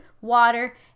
water